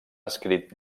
escrit